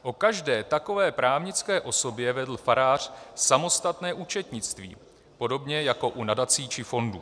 O každé takové právnické osobě vedl farář samostatné účetnictví, podobně jako u nadací či fondů.